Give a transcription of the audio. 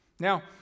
Now